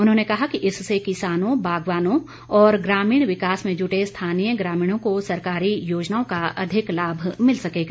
उन्होंने कहा कि इससे किसानों बागवानों और ग्रामीण विकास में जुटे स्थानीय ग्रामीणों को सरकारी योजनाओं का अधिक लाभ मिल सकेगा